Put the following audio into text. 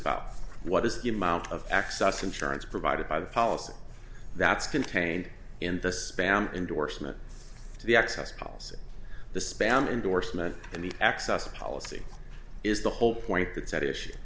about what is the amount of access insurance provided by the policy that's contained in the spam endorsement to the access policy the spam endorsement and the access policy is the whole point that's at issue